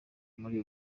muri